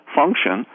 function